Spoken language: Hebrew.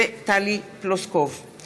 וטלי פלוסקוב בנושא: